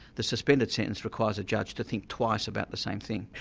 the suspended sentence requires the judge to think twice about the same thing.